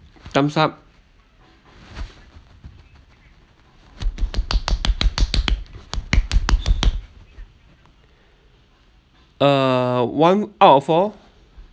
time's up uh one out of four